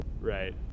right